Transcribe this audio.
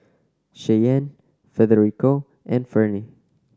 Cheyenne Federico and Ferne